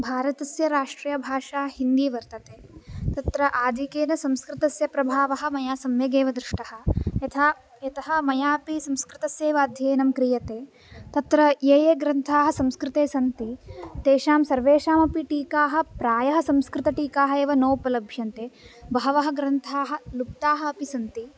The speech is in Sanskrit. भारतस्य राष्ट्रीयभाषा हिन्दी वर्तते तत्र आधिक्येन संस्कृतस्य प्रभावः मया सम्यगेव दृष्टः यथा यतः मयापि संस्कृतस्यैव अध्ययनं क्रियते तत्र ये ये ग्रन्थाः संस्कृते सन्ति तेषां सर्वेषामपि टीकाः प्रायः संस्कृतटीकाः एव नोपलभ्यन्ते बहवः ग्रन्थाः लुप्ताः अपि सन्ति